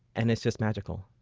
and it's just magical.